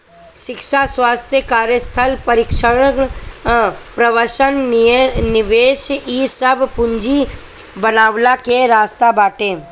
शिक्षा, स्वास्थ्य, कार्यस्थल प्रशिक्षण, प्रवसन निवेश इ सब पूंजी बनवला के रास्ता बाटे